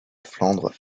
flandre